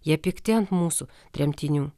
jie pikti ant mūsų tremtinių